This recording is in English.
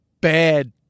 bad